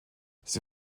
sie